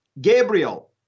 Gabriel